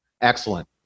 Excellent